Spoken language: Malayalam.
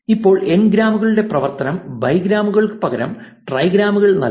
ഇപ്പോൾ എൻഗ്രാമുകളുടെ പ്രവർത്തനം ബൈഗ്രാമുകൾക്ക് പകരം ട്രൈഗ്രാമുകൾ നൽകും